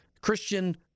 Christian